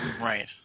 Right